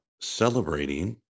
celebrating